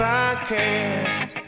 Podcast